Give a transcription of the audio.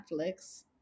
Netflix